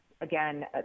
again